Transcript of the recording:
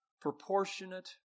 proportionate